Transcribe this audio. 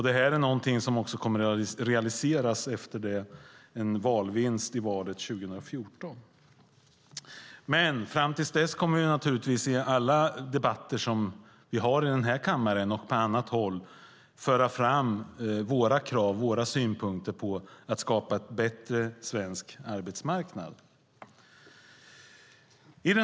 Det är någonting som också kommer att realiseras efter en valvinst i valet 2014. Men fram till dess kommer vi naturligtvis att föra fram våra krav och våra synpunkter på hur man skapar en bättre svensk arbetsmarknad i alla debatter som vi har här i kammaren och på annat håll.